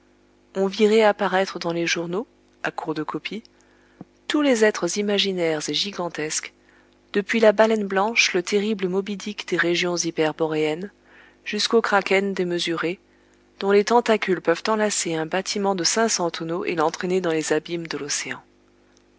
on vit réapparaître dans les journaux à court de copie tous les êtres imaginaires et gigantesques depuis la baleine blanche le terrible moby dick des régions hyperboréennes jusqu'au kraken démesuré dont les tentacules peuvent enlacer un bâtiment de cinq cents tonneaux et l'entraîner dans les abîmes de l'océan